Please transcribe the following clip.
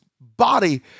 body